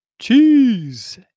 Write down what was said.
Cheese